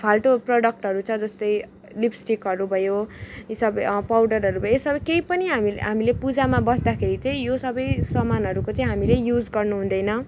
फाल्टु प्रडक्टहरू छ जस्तै लिप्सिटिकहरू भयो यी सबै पाउडरहरू भयो यी सबै केहि पनि हामीले हामीले पुजामा बस्दाखेरि चाहिँ यो सबै सामानहरूको चाहिँ हामीले युज गर्नु हुँदैन